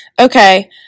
okay